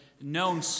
known